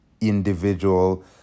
individual